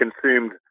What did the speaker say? consumed